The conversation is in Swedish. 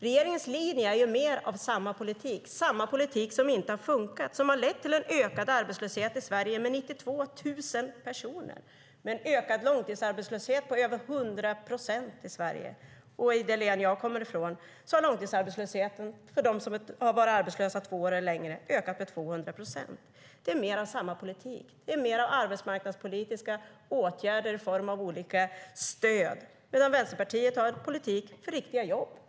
Regeringens linje är mer av samma politik - samma politik som inte har funkat, som har lett till en ökad arbetslöshet i Sverige med 92 000 personer, en långtidsarbetslöshet som ökat med över 100 procent i Sverige. I det län jag kommer ifrån har långtidsarbetslösheten för dem som har varit arbetslösa i två år eller längre ökat med 200 procent. Det är mer av samma politik. Det är mer av arbetsmarknadspolitiska åtgärder i form av olika stöd, medan Vänsterpartiet har en politik för riktiga jobb.